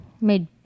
made